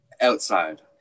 outside